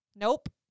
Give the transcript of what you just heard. Nope